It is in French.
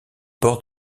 port